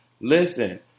Listen